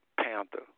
Panther